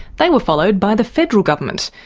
they were followed by the federal government,